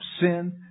sin